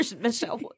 Michelle